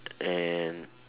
and